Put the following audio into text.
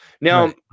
now